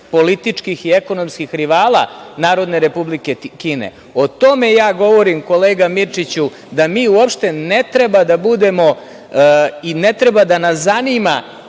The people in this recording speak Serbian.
političkih i ekonomskih rivala Narodne Republike Kine. O tome ja govorim kolega Mirčiću da mi uopšte ne treba da budemo i ne treba da nas zanima